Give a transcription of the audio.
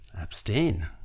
Abstain